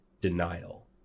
denial